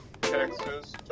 Texas